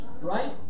right